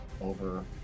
over